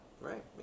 right